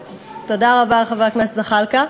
תודה רבה לחבר הכנסת זחאלקה.